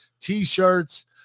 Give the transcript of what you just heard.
t-shirts